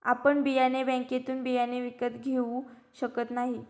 आपण बियाणे बँकेतून बियाणे विकत घेऊ शकत नाही